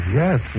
yes